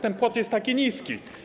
Ten płot jest taki niski.